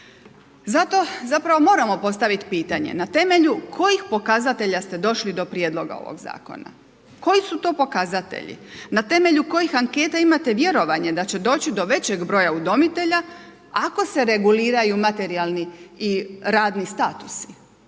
Zato zapravo moramo postaviti pitanje. Na temelju kojih pokazatelja ste došli do Prijedloga ovog zakona? Koji su to pokazatelji? Na temelju kojih anketa imate vjerovanje da će doći do većeg broja udomitelja ako se reguliraju materijalni i radni statusi?